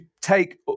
take